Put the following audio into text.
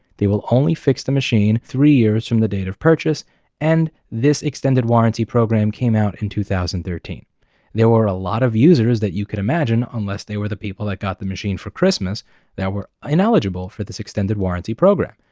they will only fix the machine three years from the date of purchase and this extended warranty program came out in two thousand and thirteen there were a lot of users that you could imagine unless they were the people that got the machine for christmas that were ineligible for this extended warranty program.